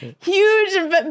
huge